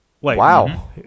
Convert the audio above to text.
Wow